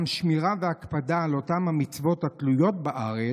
גם שמירה והקפדה על אותן המצוות התלויות בארץ,